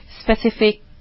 specific